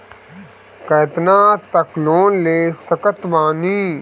कितना तक लोन ले सकत बानी?